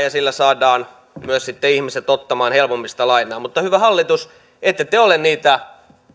ja sillä saadaan myös sitten ihmiset ottamaan helpommin sitä lainaa mutta hyvä hallitus ette te ole niitä